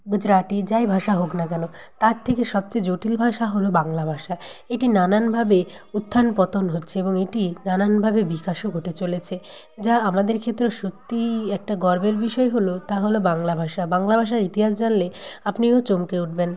গুজরাটি যাই ভাষা হোক না কেন তার থেকে সবচেয়ে জটিল ভাষা হলো বাংলা ভাষা এটি নানানভাবে উত্থান পতন হচ্চে এবং এটি নানানভাবে বিকাশও ঘটে চলেছে যা আপনাদের ক্ষেত্রে সত্যিই একটা গর্বের বিষয় হলো তা হলো বাংলা ভাষা বাংলা ভাষার ইতিহাস জানলে আপনিও চমকে উঠবেন